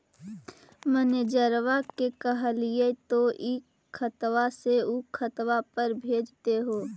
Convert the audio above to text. मैनेजरवा के कहलिऐ तौ ई खतवा से ऊ खातवा पर भेज देहै?